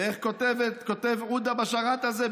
ואיך כותב עודה בשאראת הזה?